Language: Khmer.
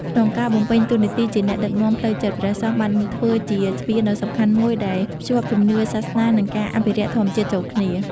ក្នុងការបំពេញតួនាទីជាអ្នកដឹកនាំផ្លូវចិត្ត ព្រះសង្ឃបានធ្វើជា ស្ពានដ៏សំខាន់មួយដែលភ្ជាប់ជំនឿសាសនា និងការអភិរក្សធម្មជាតិ ចូលគ្នា។